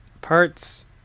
parts